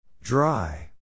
Dry